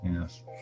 Yes